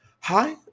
Hi